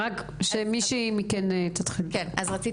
רציתי